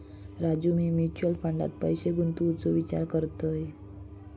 राजू, मी म्युचल फंडात पैसे गुंतवूचो विचार करतय